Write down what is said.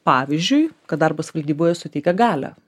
pavyzdžiui kad darbas valdyboje suteikia galią